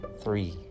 three